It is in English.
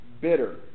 bitter